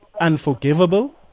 unforgivable